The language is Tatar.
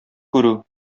күрү